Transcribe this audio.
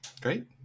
Great